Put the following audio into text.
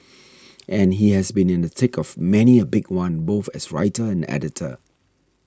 and he has been in the thick of many a big one both as writer and editor